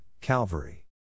Calvary